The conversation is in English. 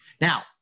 Now